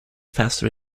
faster